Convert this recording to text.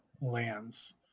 lands